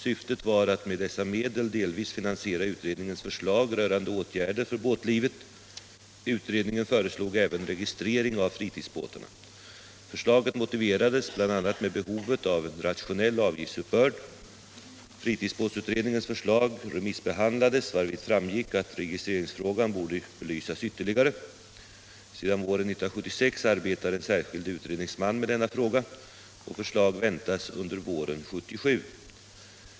Syftet var att med dessa medel delvis finansiera utredningens förslag rörande åtgärder för båtlivet. Utredningen föreslog även registrering av fritidsbåtarna. Förslaget motiverades bl.a. med behovet av en rationell avgiftsuppbörd. Fritidsbåtsutredningens förslag remissbehandlades varvid framgick att registreringsfrågan borde belysas ytterligare. Sedan våren 1976 arbetar en särskild utredningsman med denna fråga och förslag väntas under våren 1977.